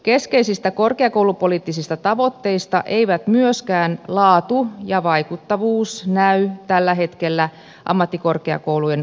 keskeisistä korkeakoulupoliittisista tavoitteista eivät myöskään laatu ja vaikuttavuus näy tällä hetkellä ammattikorkeakoulujen rahoitusjärjestelmässä